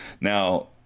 now